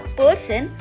person